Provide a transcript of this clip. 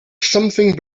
something